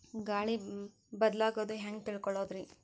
ಗಾಳಿ ಬದಲಾಗೊದು ಹ್ಯಾಂಗ್ ತಿಳ್ಕೋಳೊದ್ರೇ?